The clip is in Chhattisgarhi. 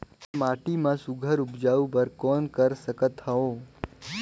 मैं माटी मा सुघ्घर उपजाऊ बर कौन कर सकत हवो?